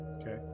Okay